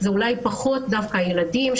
הוא אולי פחות הילדים,